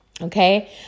okay